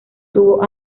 tuvo